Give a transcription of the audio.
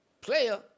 player